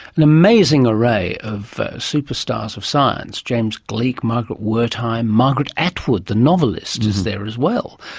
an amazing array of superstars of science james gleick, margaret wertheim, margaret atwood the novelist is there as well.